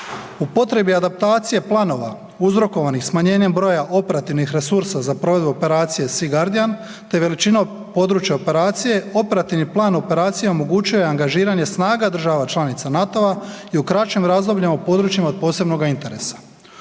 Upotrebi adaptacije planova uzrokovanih smanjenjem broja operativnih resursa za provedbu operacije „Sea guardian“ te veličinom područja operacije, operativni plan operacija omogućuje angažiranje snaga država članica NATO-a i u kraćim razdobljima u područjima od posebnoga interesa.